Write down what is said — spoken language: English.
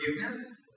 forgiveness